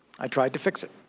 i tried to fix it.